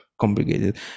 complicated